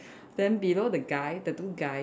then below the guy the two guys